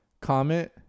Comment